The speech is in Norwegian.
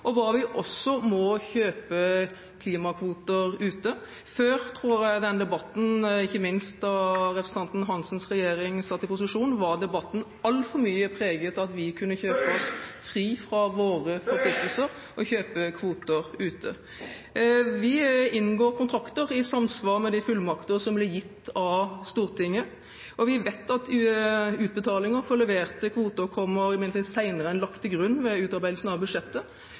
og hva vi må kjøpe av klimakvoter ute. Tidligere – ikke minst da representanten Hansens parti satt i regjering – var debatten altfor mye preget av at vi kunne kjøpe oss fri fra våre forpliktelser og kjøpe kvoter ute. Vi inngår kontrakter i samsvar med de fullmakter som blir gitt av Stortinget. Vi vet imidlertid at utbetalinger for leverte kvoter kommer senere enn det som er lagt til grunn ved utarbeidelsen av budsjettet,